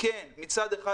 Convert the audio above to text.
מצד אחד,